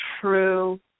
true